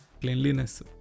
cleanliness